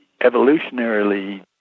evolutionarily